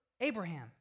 Abraham